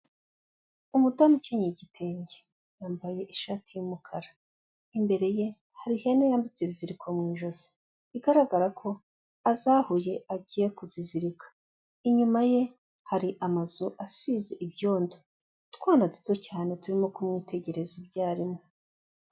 Umudamu ukenyeye igitenge, yambaye ishati y'umukara, imbere ye hari ihene yambitse ibiziriko mu ijosi, bigaragara ko azahuye agiye kuzizirika, inyuma ye hari amazu asize ibyondo, utwana duto cyane turimo kumwitegereza ibyo arimo.